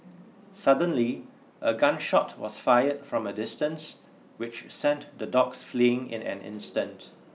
suddenly a gun shot was fired from a distance which sent the dogs fleeing in an instant